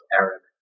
Arab